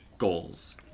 goals